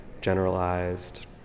generalized